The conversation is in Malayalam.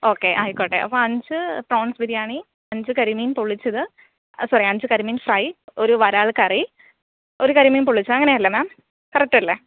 ഓക്കെ ആയിക്കോട്ടെ അപ്പം അഞ്ച് പ്രോൺസ് ബിരിയാണി അഞ്ച് കരിമീൻ പൊള്ളിച്ചത് സോറി അഞ്ച് കരിമീൻ ഫ്രൈ ഒരു വാരൽ കറി ഒരു കരിമീൻ പൊള്ളിച്ചത് അങ്ങനെയല്ലേ മാം കറക്റ്റല്ലേ